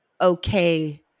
okay